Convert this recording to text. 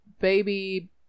baby